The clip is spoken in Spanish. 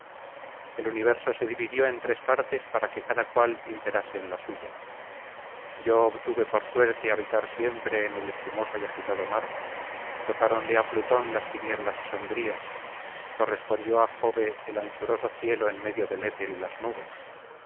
el universo se dividió en tres partes para que cada cual imperase en la suya yo obtuve por suerte habitar siempre en el espumoso y agitado mar tocáronle á plutón las tinieblas sombrías correspondió á jove el anchuroso cielo en medio del éter y las nubes